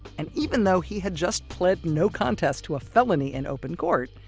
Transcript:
and even though he had just pled no contest to a felony in open court,